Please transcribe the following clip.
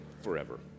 forever